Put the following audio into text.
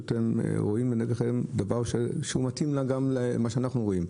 שאתם רואים לנגד עיניכם דבר שהוא מתאים גם למה שאנחנו רואים,